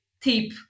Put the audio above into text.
tip